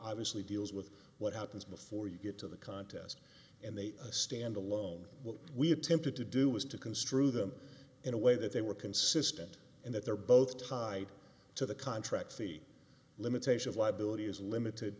obviously deals with what happens before you get to the contest and they stand alone we attempted to do was to construe them in a way that they were consistent and that they're both tied to the contract seat limitation of liability is limited